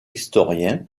historiens